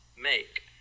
make